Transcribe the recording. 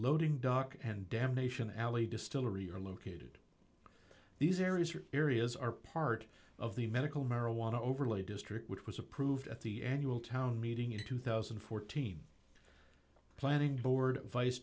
loading dock and damnation alley distillery are located these areas are areas are part of the medical marijuana overlay district which was approved at the annual town meeting in two thousand and fourteen planning board vice